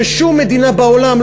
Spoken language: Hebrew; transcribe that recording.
ששום מדינה בעולם,